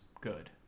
good